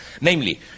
namely